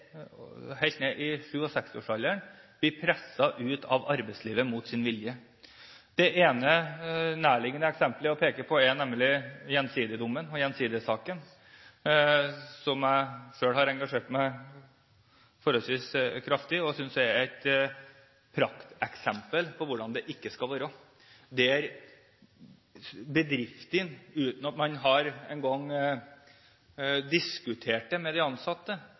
helt ned i 67-årsalderen, blir presset ut av arbeidslivet mot sin vilje. Det ene nærliggende eksempelet å peke på, nemlig Gjensidige-dommen og Gjensidige-saken, som jeg selv har engasjert meg forholdsvis kraftig i, synes jeg er et prakteksempel på hvordan det ikke skal være, der bedriften, uten at man engang har diskutert det med de ansatte,